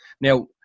Now